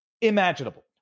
imaginable